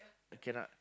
cannot